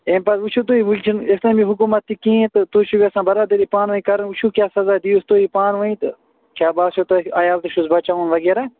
اَمہِ پتہٕ وُچھِو تُہۍ وُنکٮ۪ن اِسلٲمی حکوٗمت تہِ کِہینۍ تہٕ تُہۍ چھِو یَژھان برادٔری پانہٕ وٕنۍ کَرٕنۍ تہٕ وُچھِو کیٛاہ سزا دِہوٗس تُہۍ پانہٕ وٕنۍ تہٕ کیٛاہ باسٮ۪و تۄہہِ عیال تہِ چھُس بچاوُن وَغیرہ